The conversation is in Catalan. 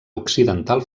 occidental